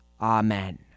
Amen